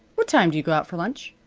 what time do you go out for lunch?